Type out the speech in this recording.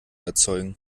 erzeugen